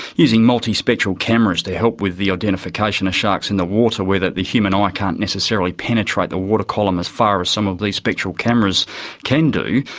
using multi-spectral cameras to help with the identification of sharks in the water where the the human eye can't necessarily penetrate the water column as far as some of these spectral cameras can do,